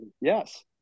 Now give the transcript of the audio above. Yes